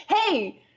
Hey